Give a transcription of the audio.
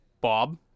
Bob